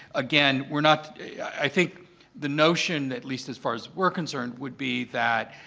again, we're not i think the notion, at least as far as we're concerned, would be that